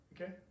okay